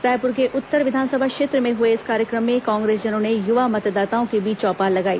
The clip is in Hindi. रायपुर के उत्तर विधानसभा क्षेत्र में हुए इस कार्यक्रम में कांग्रेसजनों ने युवा मतदाताओं के बीच चौपाल लगाई